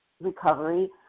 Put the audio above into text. recovery